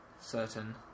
certain